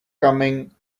coming